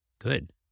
Good